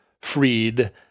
freed